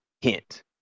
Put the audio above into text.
hint